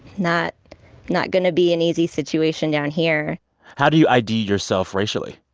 not not going to be an easy situation down here how do you id yourself racially?